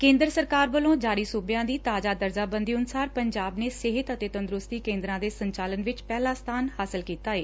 ਕੇਦਰ ਸਰਕਾਰ ਵੱਲੋ ਜਾਰੀ ਸੁਬਿਆਂ ਦੀ ਤਾਜ਼ਾ ਦਰਜਾਬੰਦੀ ਅਨੁਸਾਰ ਪੰਜਾਬ ਨੇ ਸਿਹਤ ਅਤੇ ਤੰਦਰੁਸਤੀ ਕੇਂਦਰਾਂ ਦੇ ਸੰਚਾਲਨ ਵਿਚ ਪਹਿਲਾ ਸਬਾਨ ਹਾਸਲ ਕੀਤਾ ਏ